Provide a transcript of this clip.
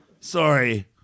Sorry